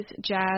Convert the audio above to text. Jazz